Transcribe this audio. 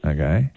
Okay